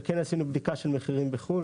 וכן עשינו בדיקה של מחירים בחו"ל